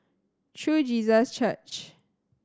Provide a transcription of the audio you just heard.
True Jesus Church